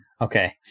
Okay